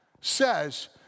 says